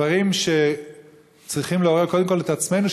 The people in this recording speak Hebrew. דברים שצריכים לעורר קודם כול את עצמנו,